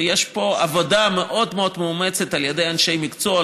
ויש פה עבודה מאוד מאוד מאומצת של אנשי מקצוע,